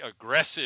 aggressive